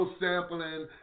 sampling